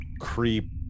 creep